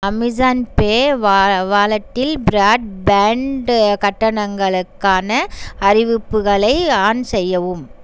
Amazon pay வாலெட்டில் broadband கட்டணங்களுக்கான அறிவிப்புகளை ஆன் செய்யவும்